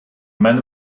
man